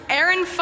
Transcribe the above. Aaron